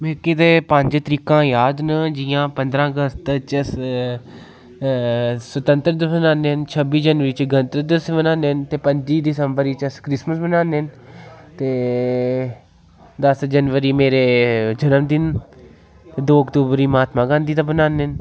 मिकी ते पंज तरीकां जाद न जियां पंदरां अगस्त च अस स्वतंत्रता दिवस मनाने छब्बी जनबरी च गणतंत्र दिवस मनाने ते पंजी दिसम्बर च अस क्रिसमिस मनाने न ते दस जनबरी गी मेरे जनम दिन ते दो अक्टूबर गी महात्मा गांधी दा मनाने न